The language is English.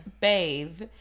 bathe